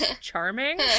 charming